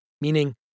meaning